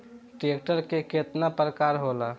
Tractor के केतना प्रकार होला?